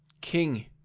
King